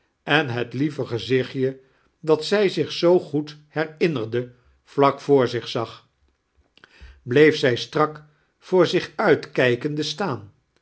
en het lieve gezajcmje dat zij zich zoo goed herinnerde vlak voor zich zag bleef zij sifarak voor zich uitkijkende staan